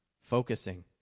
focusing